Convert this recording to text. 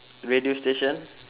radio station